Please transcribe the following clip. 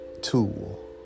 tool